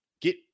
get